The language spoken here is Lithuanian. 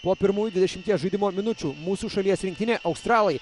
po pirmųjų dvidešimies žaidimo minučių mūsų šalies rinktinė australai